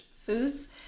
foods